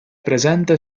presente